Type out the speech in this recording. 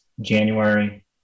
January